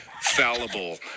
fallible